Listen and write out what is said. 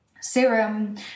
serum